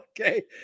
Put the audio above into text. Okay